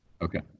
Okay